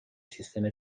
سیستم